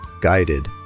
guided